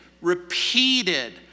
repeated